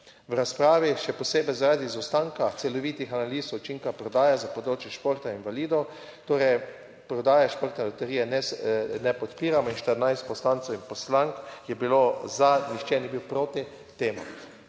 v razpravi, še posebej, zaradi izostanka celovitih analiz učinka prodaje za področje športa invalidov, torej prodaje Športne loterije ne podpiramo in 14 poslancev in poslank je bilo za, nihče ni bil proti temu.